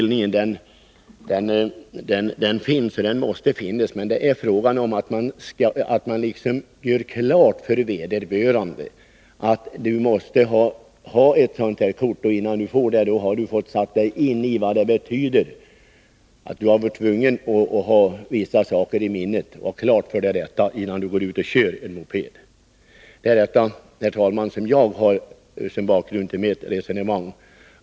Dessa ungdomar måste helt enkelt få utbildning, och det gäller att göra klart för dem att de för att få ett mopedkort måste sätta sig in i vad det betyder att köra moped. De måste känna till olika trafikregler, innan de får köra. Det är, herr talman, bakgrunden till mitt sätt att resonera.